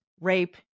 rape